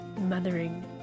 mothering